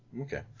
Okay